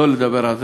לא לדבר על זה.